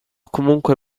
comunque